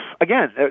again